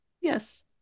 yes